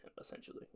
essentially